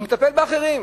והוא מטפל באחרים?